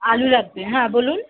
আলু লাগবে হ্যাঁ বলুন